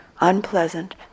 unpleasant